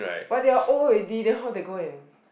but they are old already then how they go and